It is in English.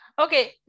Okay